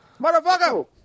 motherfucker